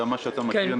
כפי שאתה מכיר,